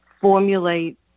formulate